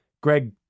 Greg